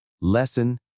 lesson